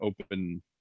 open